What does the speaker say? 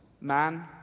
man